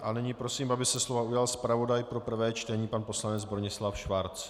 A nyní prosím, aby se slova ujal zpravodaj pro prvé čtení pan poslanec Bronislav Schwarz.